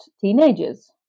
teenagers